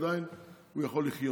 עדיין הוא יכול לחיות.